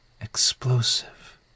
explosive